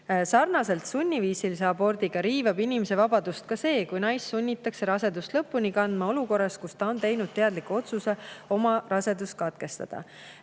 Sarnaselt sunniviisilise abordiga riivab inimese vabadust ka see, kui naist sunnitakse rasedust lõpuni kandma olukorras, kus ta on teinud teadliku otsuse rasedus katkestada.